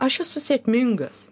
aš esu sėkmingas